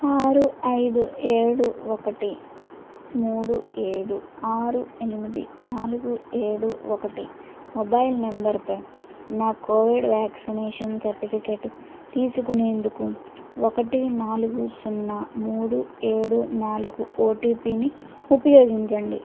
ఆరు ఐదు ఏడు ఒకటి మూడు ఏడు ఆరు ఎనిమిది నాలుగు ఏడు ఒకటి మొబైల్ నంబరుపై నా కోవిడ్ వ్యాక్సినేషన్ సర్టిఫికేట్ తీసుకునేందుకు ఒకటి నాలుగు సున్నా మూడు ఏడు నాలుగు ఓటీపీని ఉపయోగించండి